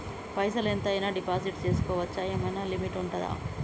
పైసల్ ఎంత అయినా డిపాజిట్ చేస్కోవచ్చా? ఏమైనా లిమిట్ ఉంటదా?